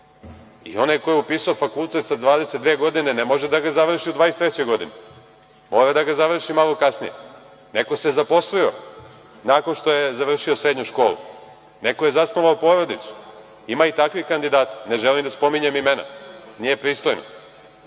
Onaj ko je upisao fakultet sa 22 godine ne može da ga završi u 23 godini. Mora da ga završi malo kasnije. Neko se zaposlio, nakon što je završio srednju školu. Neko je zasnovao porodicu. Ima i takvih kandidata. Ne želim da spominjem imena, nije pristojno.